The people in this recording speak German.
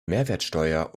mehrwertsteuer